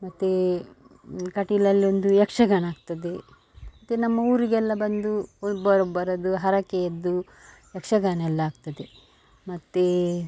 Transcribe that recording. ಮತ್ತು ಕಟೀಲಲ್ಲೊಂದು ಯಕ್ಷಗಾನ ಆಗ್ತದೆ ಮತ್ತು ನಮ್ಮ ಊರಿಗೆಲ್ಲ ಬಂದು ಒಬ್ಬರೊಬ್ಬರದ್ದು ಹರಕೆಯದ್ದು ಯಕ್ಷಗಾನ ಎಲ್ಲ ಆಗ್ತದೆ ಮತ್ತು